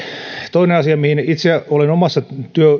toinen asia mihin itse olen